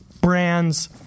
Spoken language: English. brands